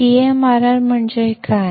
CMRR म्हणजे काय